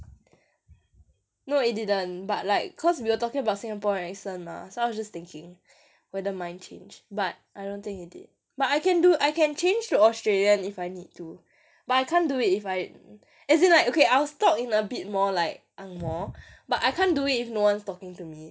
no it didn't but like cause we were talking about singaporean accent mah so I was just thinking whether mine changed but I don't think it did but I can do I can change to australian if I need to but I can't do it if I as in like okay I'll talk in a bit more like angmoh but I can't do it if no one's talking to me like you and me